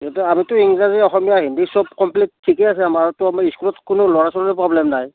এতিয়া ইংৰাজী অসমীয়া হিন্দী সব কমপ্লিট ঠিকে আছে আমাৰ তো আমাৰ স্কুলত কোনো ল'ৰা ছোৱালীৰ প্ৰব্লেম নাই